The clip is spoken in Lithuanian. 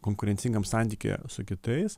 konkurencingam santykyje su kitais